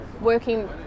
working